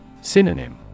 Synonym